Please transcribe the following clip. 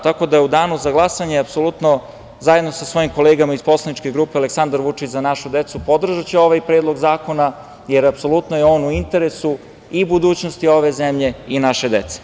Tako da u danu za glasanje apsolutno, zajedno sa svojim kolegama iz poslaničke grupe Aleksandar Vučić – Za našu decu, podržaću ovaj predlog zakona, jer apsolutno je on u interesu i budućnosti ove zemlje i naše dece.